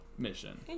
Mission